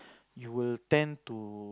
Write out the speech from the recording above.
you will tend to